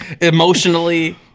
Emotionally